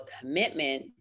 commitment